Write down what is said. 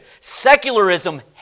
Secularism